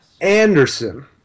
anderson